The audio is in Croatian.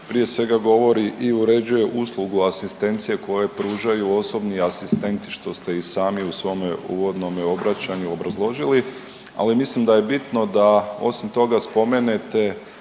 prije svega govori i uređuje uslugu asistencije koje pružaju osobni asistenti što ste i sami u svome uvodnome obraćanju obrazložili. Ali mislim da je bitno da osim toga spomenete